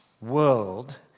world